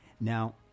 now